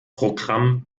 programm